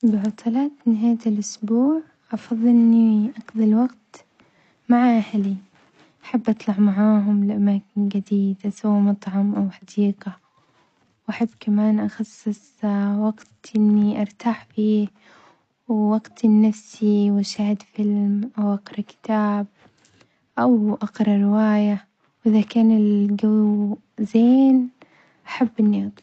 بعطلات نهاية الأسبوع أفظل إني أقظي الوقت مع أهلي، أحب أطلع معاهم لأماكن جديدة سوا مطعم أو حديقة، وأحب كمان أخصص وقت إني أرتاح به ووقت لنفسي أشاهد فيلم أو أقرا كتاب أو أقرا رواية، وإذا كان الجو زين أحب إني أطلع.